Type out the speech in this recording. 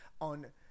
on